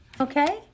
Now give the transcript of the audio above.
Okay